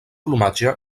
plomatge